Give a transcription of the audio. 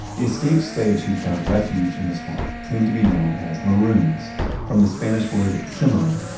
the escaped slaves who found refuge in the swamp came to be known as maroons from the spanish word cimarron,